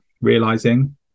realizing